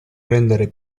rendere